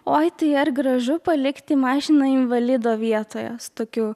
oi tai ar gražu palikti mašiną invalido vietoje su tokiu